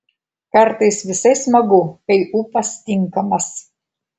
kartais visai smagu kai ūpas tinkamas